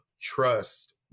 trust